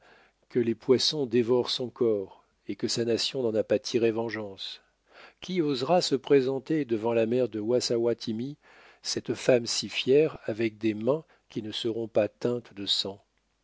que les poissons dévorent son corps et que sa nation n'en a pas tiré vengeance qui osera se présenter devant la mère de wassawattimie cette femme si fière avec des mains qui ne seront pas teintes de sang